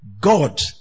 God